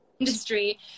industry